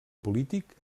polític